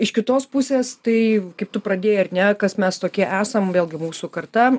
iš kitos pusės tai kaip tu pradėjai ar ne kas mes tokie esam vėlgi mūsų karta